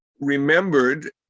remembered